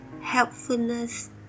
helpfulness